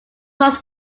from